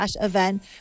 event